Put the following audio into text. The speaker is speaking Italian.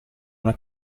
una